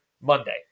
Monday